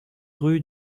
rue